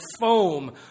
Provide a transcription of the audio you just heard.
foam